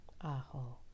Aho